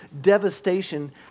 devastation